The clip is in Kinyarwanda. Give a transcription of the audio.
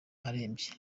arembye